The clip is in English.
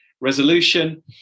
Resolution